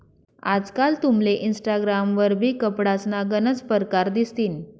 आजकाल तुमले इनस्टाग्राम वरबी कपडासना गनच परकार दिसतीन